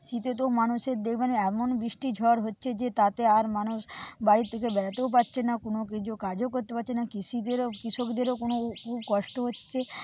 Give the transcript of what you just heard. শীতে তো মানুষের দেখবেন এমন বৃষ্টি ঝড় হচ্ছে যে তাতে আর মানুষ বাড়ির থেকে বেরোতেও পারছে না আর কোনও কিছু কাজও করতে পারছে না কৃষিদেরও কৃষকদেরও কোন খুব কষ্ট হচ্ছে